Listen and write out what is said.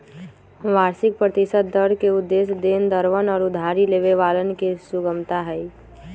वार्षिक प्रतिशत दर के उद्देश्य देनदरवन और उधारी लेवे वालन के सुगमता हई